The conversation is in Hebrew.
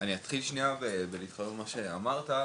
אני אתחיל שנייה בלהתחבר למה שאמרת קודם,